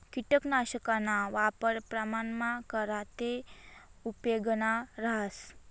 किटकनाशकना वापर प्रमाणमा करा ते उपेगनं रहास